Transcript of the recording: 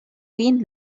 been